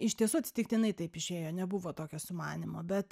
iš tiesų atsitiktinai taip išėjo nebuvo tokio sumanymo bet